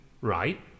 Right